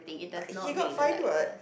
but he got fine what